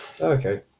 Okay